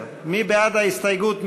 10. מי בעד ההסתייגות?